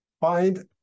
Find